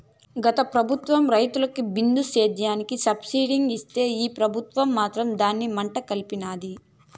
గత పెబుత్వం రైతులకి బిందు సేద్యానికి సబ్సిడీ ఇస్తే ఈ పెబుత్వం మాత్రం దాన్ని మంట గల్పినాది